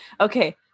Okay